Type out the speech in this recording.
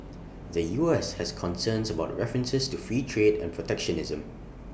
the U S has concerns about references to free trade and protectionism